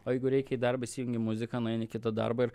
o jeigu reikia į darbą įsijungi muziką nueini iki to darbo ir